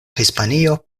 hispanio